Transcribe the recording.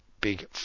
big